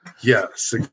Yes